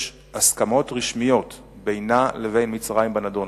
הסכמות רשמיות בינה לבין מצרים בנדון.